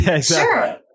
Sure